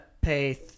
pay